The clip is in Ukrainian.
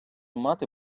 мати